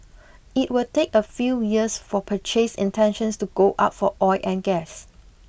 it will take a few years for purchase intentions to go up for oil and gas